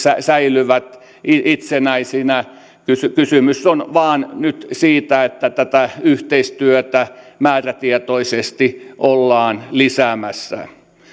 säilyvät itsenäisinä kysymys on vain nyt siitä että tätä yhteistyötä määrätietoisesti ollaan lisäämässä